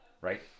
right